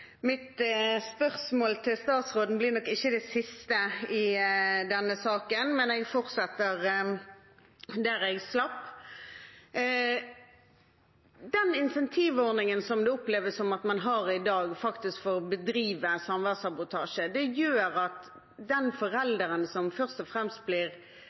siste i denne saken, men jeg fortsetter der jeg slapp. Den insentivordningen som det oppleves at man har i dag for faktisk å bedrive samværssabotasje, gjør at den forelderen som først og fremst blir